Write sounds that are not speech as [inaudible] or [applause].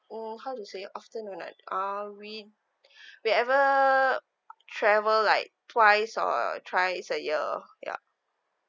hmm how to say often uh we [breath] we ever travel like twice or thrice a year ya